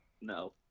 No